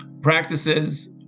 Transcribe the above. practices